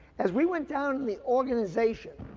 as we went down the organization,